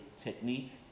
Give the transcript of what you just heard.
technique